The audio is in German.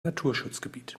naturschutzgebiet